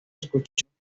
escuchando